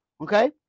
okay